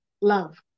love